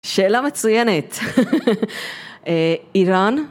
שאלה מצוינת, איראן?